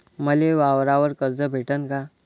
मले वावरावर कर्ज भेटन का?